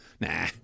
Nah